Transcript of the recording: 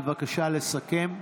בבקשה לסכם.